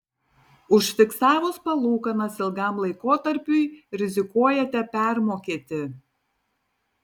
užfiksavus palūkanas ilgam laikotarpiui rizikuojate permokėti